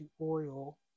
oil